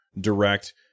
Direct